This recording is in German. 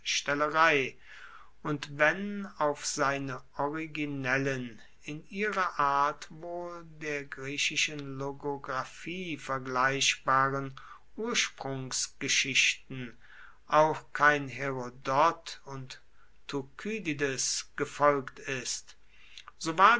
und wenn auf seine originellen in ihrer art wohl der griechischen logographie vergleichbaren ursprungsgeschichten auch kein herodot und thukydides gefolgt ist so ward